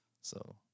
so-